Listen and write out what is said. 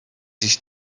ich